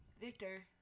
Victor